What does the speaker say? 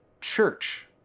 church